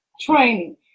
Training